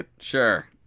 Sure